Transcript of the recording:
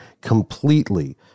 completely